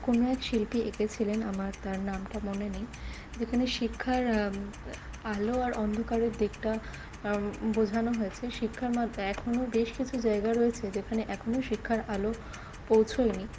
কোনো এক শিল্পী এঁকেছিলেন আমার তার নামটা মনে নেই যেখানে শিক্ষার আলো আর অন্ধকারের দিকটা বোঝানো হয়েছে শিক্ষার মাদ এখনও বেশ কিছু জায়গা রয়েছে যেখানে এখনও শিক্ষার আলো পৌঁছায়নি